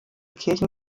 kirchen